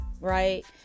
right